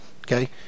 okay